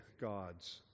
gods